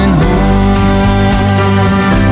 home